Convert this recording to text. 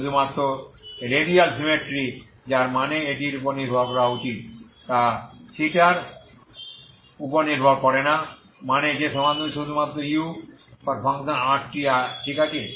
শুধুমাত্র radial symmetry যার মানে এটির উপর নির্ভর করা উচিত তা থীটার উপর নির্ভর করে না মানে যে সমাধানগুলি শুধুমাত্র u r t ঠিক আছে